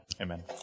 Amen